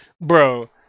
Bro